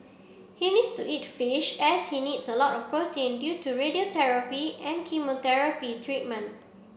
he needs to eat fish as he needs a lot of protein due to radiotherapy and chemotherapy treatment